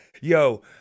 yo